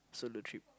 solo trip